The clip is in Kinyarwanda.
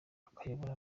abayobora